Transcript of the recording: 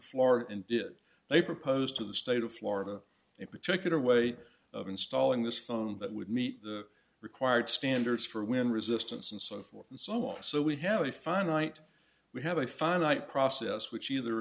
floor and did they proposed to the state of florida a particular way of installing this phone that would meet the required standards for wind resistance and so forth and so on so we have a finite we have a finite process which either